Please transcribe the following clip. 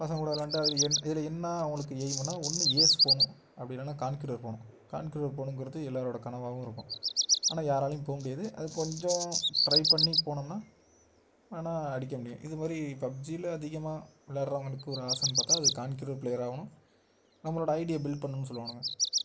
பசங்கள் கூட விளாண்டா அது என் இதில் என்ன அவங்களுக்கு எயிமுன்னா ஒன்று ஏஸ் போகணும் அப்படி இல்லைன்னா கான்க்ருவர் போகணும் கான்க்ருவர் போகணுங்கறது எல்லாரோட கனவாகவும் இருக்கும் ஆனால் யாராலேயும் போக முடியாது அது கொஞ்சம் ட்ரை பண்ணி போனோம்னா வேணால் அடிக்க முடியும் இது மாதிரி பப்ஜியில் அதிகமாக விளாட்றவங்களுக்கு ஒரு ஆசைன்னு பார்த்தா அது கான்க்ருவர் ப்ளேயர் ஆகணும் நம்மளோட ஐடியை பில் பண்ணும்னு சொல்லுவானுங்கள்